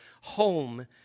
home